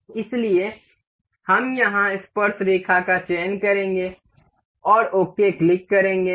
इसलिए हम यहाँ पर स्पर्शरेखा का चयन करेंगे और ओके क्लिक करेंगे